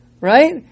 right